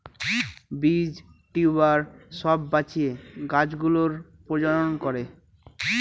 বীজ, টিউবার সব বাঁচিয়ে গাছ গুলোর প্রজনন করে